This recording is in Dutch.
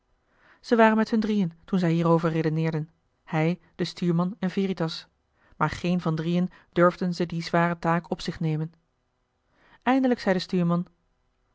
ze waren met hun drieën toen zij hierover redeneerden hij de stuurman en veritas maar geen van drieën durfden ze die zware taak op zich nemen eindelijk zei de stuurman